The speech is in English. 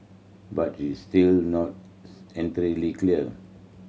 but it's still not entirely clear